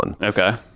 Okay